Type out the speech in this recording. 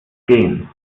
gehen